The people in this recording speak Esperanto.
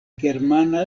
germana